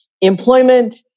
employment